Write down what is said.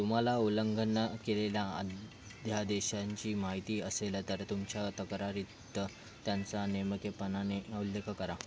तुम्हाला उल्लंघन केलेल्या अध्यादेशांची माहिती असेल तर तुमच्या तक्रारीत त्यांचा नेमकेपणाने उल्लेख करा